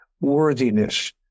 worthiness